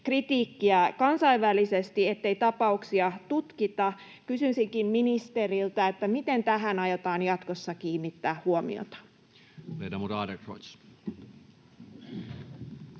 kritiikkiä kansainvälisesti, ettei tapauksia tutkita. Kysyisinkin ministeriltä: miten tähän aiotaan jatkossa kiinnittää huomiota?